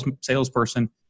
salesperson